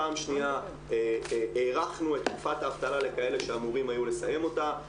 שנייה - הארכנו את תקופת האבטלה לכאלה שאמורים היו לסיים אותה.